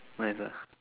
what is that